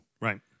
Right